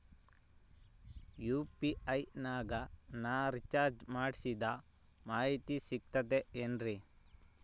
UPI ನಾಗ ನಾ recharge ಮಾಡಿಸಿದ ಮಾಹಿತಿ ಸಿಕ್ತದೆ ಏನ್ರಿ?